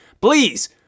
Please